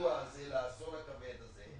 לאירוע הזה, לאסון הכבד הזה,